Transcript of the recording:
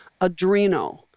Adreno